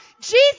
Jesus